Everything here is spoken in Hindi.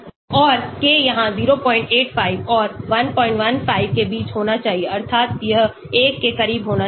और k यहां 085 और 115 के बीच होना चाहिए अर्थात यह 1 के करीब होना चाहिए